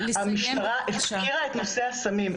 המשטרה הפקירה את נושא הסמים,